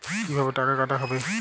কিভাবে টাকা কাটা হবে?